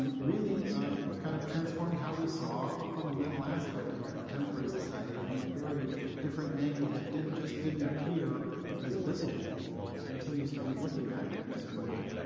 um really kind of transformed how we saw a fundamental aspect of our contemporary society from a very different angle that just didn't appear as visible until you started looking at it in a certain way.